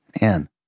Man